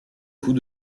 coups